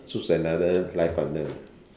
choose another life under